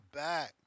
back